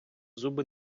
зуби